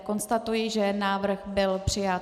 Konstatuji, že návrh byl přijat.